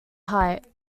height